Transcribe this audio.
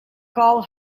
call